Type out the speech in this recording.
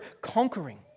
conquering